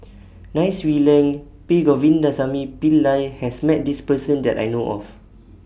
Nai Swee Leng P Govindasamy Pillai has Met This Person that I know of